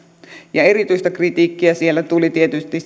erityistä kritiikkiä siellä tuli tietysti